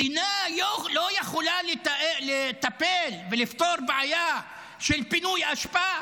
מדינה היום לא יכולה לטפל ולפתור בעיה של פינוי אשפה?